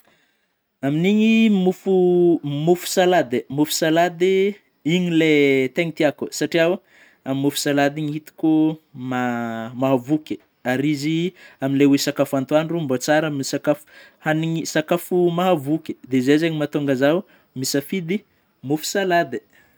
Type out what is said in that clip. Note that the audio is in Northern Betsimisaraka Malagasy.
Amin'igny mofo, mofo salady, mofo salady igny ilay tegna tiako; satria o amin'ny mofo salady igny itako ma- mahavoky; ary izy amin'ilay hoe sakafo atoandro mbô tsara amy sakafo hanigny sakafo mahavoky dia zay zegny mahatonga zaho misafidy mofo salady.